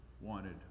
wanted